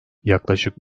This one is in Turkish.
yaklaşık